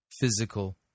Physical